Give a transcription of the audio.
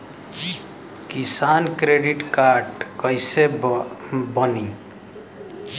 किसान credit card कइसे बानी?